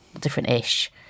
different-ish